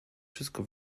wszystko